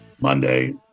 Monday